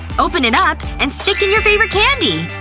open it up, and stick in your favorite candy.